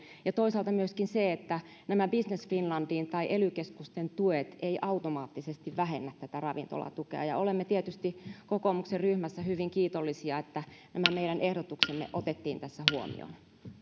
ja toisaalta myöskin siitä että nämä business finlandin tai ely keskusten tuet eivät automaattisesti vähennä tätä ravintolatukea olemme tietysti kokoomuksen ryhmässä hyvin kiitollisia että nämä meidän ehdotuksemme otettiin tässä huomioon